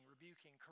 rebuking